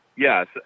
Yes